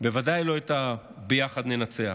ובוודאי לא את ה"ביחד ננצח".